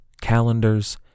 calendars